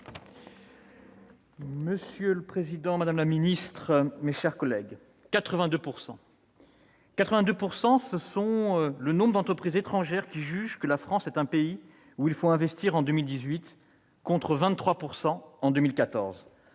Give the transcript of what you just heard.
Monsieur le président, madame la secrétaire d'État, mes chers collègues, 82 %, c'est la proportion d'entreprises étrangères qui jugent que la France est un pays où il faut investir en 2018, contre 23 % en 2014.